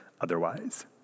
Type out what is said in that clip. otherwise